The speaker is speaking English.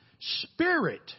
spirit